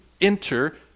enter